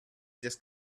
just